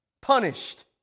Punished